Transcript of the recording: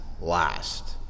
last